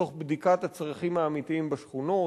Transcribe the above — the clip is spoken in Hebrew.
תוך בדיקת הצרכים האמיתיים בשכונות.